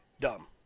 dumb